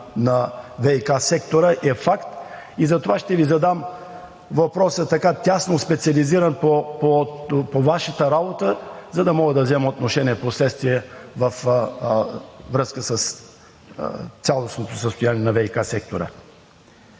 на ВиК сектора е факт. Затова ще Ви задам въпроса така тясно специализиран по Вашата работа, за да мога да взема отношение впоследствие във връзка с цялостното състояние на ВиК сектора.